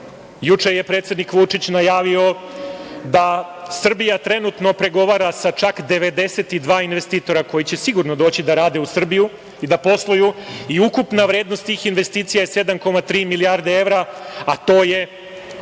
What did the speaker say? je predsednik Vučić najavio da Srbija trenutno pregovara sa čak 92 investitora koji će sigurno doći da rade u Srbiju, da posluju i ukupna vrednost tih investicija je 7,3 milijarde evra, a to je